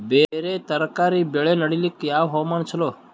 ಬೇರ ತರಕಾರಿ ಬೆಳೆ ನಡಿಲಿಕ ಯಾವ ಹವಾಮಾನ ಚಲೋ?